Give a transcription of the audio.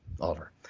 Oliver